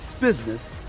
business